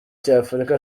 cy’afurika